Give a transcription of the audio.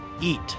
eat